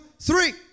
three